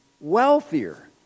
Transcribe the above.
wealthier